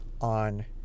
on